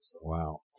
Wow